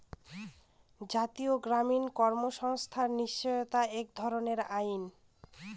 জাতীয় গ্রামীণ কর্মসংস্থান নিশ্চয়তা এক ধরনের আইন